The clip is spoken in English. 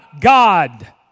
God